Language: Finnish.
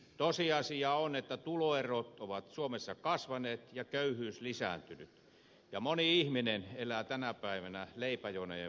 tosiasia on että tuloerot ovat suomessa kasvaneet ja köyhyys lisääntynyt ja moni ihminen elää tänä päivänä leipäjonojen varassa